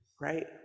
right